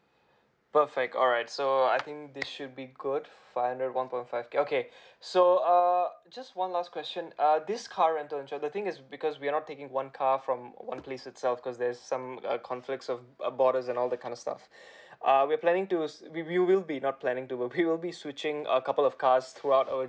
perfect alright so I think this should be good fund at one point five K okay so uh just one last question uh this car rental insurance the thing is because we are not taking one car from one place itself cause there's some uh conflict of uh borders and all that kind of stuff uh we're planning to use we we will be not planning to we be will be switching a couple of cars throughout our